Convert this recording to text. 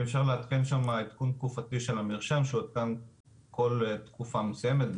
אם אפשר לעדכן שם עדכון תקופתי של המרשם שיפורסם כל תקופה מסוימת,